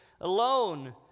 alone